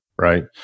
right